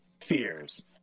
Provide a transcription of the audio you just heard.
fears